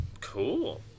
cool